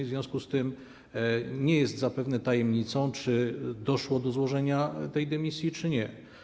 W związku z tym nie jest zapewne tajemnicą, czy doszło do złożenia tej dymisji, czy nie.